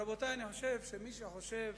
רבותי, מי שחושב